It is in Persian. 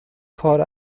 کار